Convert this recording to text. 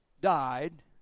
died